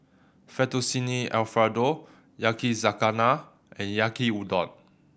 Fettuccine Alfredo Yakizakana and Yaki Udon